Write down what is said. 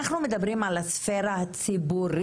אנחנו מדברים על הספירה הציבורית.